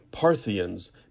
Parthians